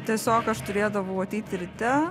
tiesiog aš turėdavau ateiti ryte